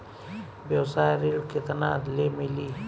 व्यवसाय ऋण केतना ले मिली?